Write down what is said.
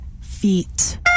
feet